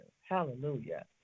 hallelujah